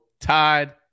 tied